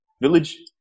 village